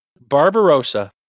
Barbarossa